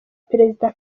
perezida